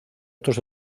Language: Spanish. otros